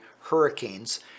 hurricanes